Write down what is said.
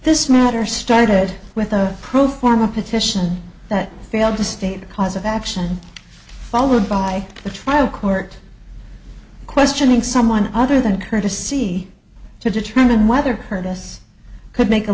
this matter started with a pro forma petition that failed to state a cause of action followed by the trial court questioning someone other than courtesy to determine whether curtis could make a